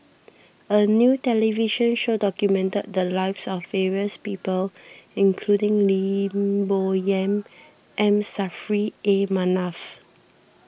a new television show documented the lives of various people including Lim Bo Yam M Saffri A Manaf